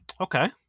Okay